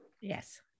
yes